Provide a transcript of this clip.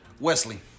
Wesley